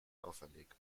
auferlegt